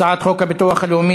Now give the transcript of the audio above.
הצעת חוק הביטוח הלאומי